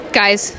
guys